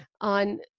on